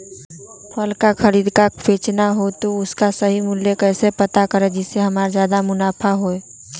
फल का खरीद का बेचना हो तो उसका सही मूल्य कैसे पता करें जिससे हमारा ज्याद मुनाफा हो?